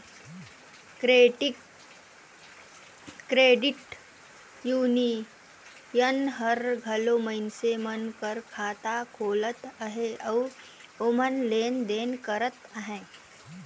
credit union हर घलो मइनसे मन कर खाता खोलत अहे अउ ओम्हां लेन देन करत अहे